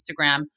Instagram